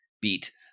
beat